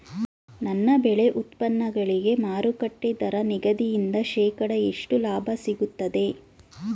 ನನ್ನ ಬೆಳೆ ಉತ್ಪನ್ನಗಳಿಗೆ ಮಾರುಕಟ್ಟೆ ದರ ನಿಗದಿಯಿಂದ ಶೇಕಡಾ ಎಷ್ಟು ಲಾಭ ಸಿಗುತ್ತದೆ?